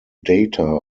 data